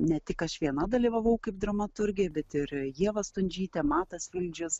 ne tik aš viena dalyvavau kaip dramaturgė bet ir ieva stundžytė matas vildžius